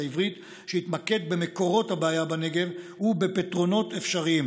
העברית שיתמקד במקורות הבעיה בנגב ובפתרונות אפשריים,